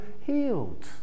healed